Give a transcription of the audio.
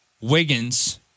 Wiggins